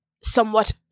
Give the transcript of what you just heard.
somewhat